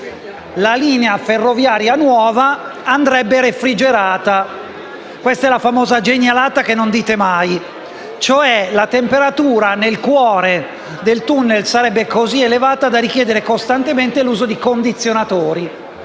linea ferroviaria andrebbe refrigerata. Questa è la famosa "genialata" di cui non parlate mai. La temperatura nel cuore del *tunnel* sarebbe così elevata da richiedere costantemente l'uso di condizionatori,